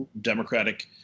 Democratic